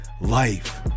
life